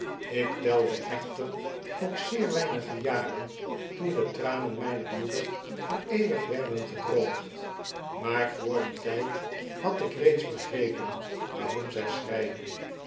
ik telde echter nog zeer weinige jaren toen de tranen mijner moeder voor eeuwig werden gedroogd maar vr dien tijd had ik reeds begrepen waarom zij